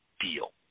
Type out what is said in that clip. deal